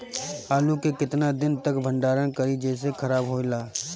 आलू के केतना दिन तक भंडारण करी जेसे खराब होएला?